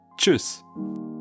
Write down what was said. Tschüss